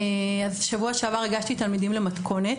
שבוע שעבר הגשתי תלמידים למתכונת,